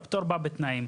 הפטור בא בתנאים.